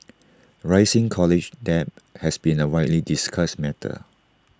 rising college debt has been A widely discussed matter